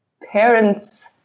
parents